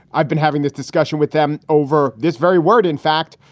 i've been having this discussion with them over this very word, in fact,